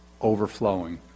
overflowing